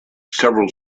several